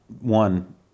one